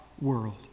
world